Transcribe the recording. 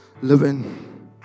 Living